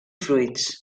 fruits